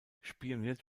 spioniert